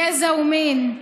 גזע ומין,